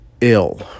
ill